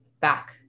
back